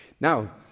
Now